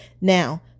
Now